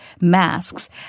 masks